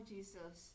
Jesus